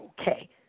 okay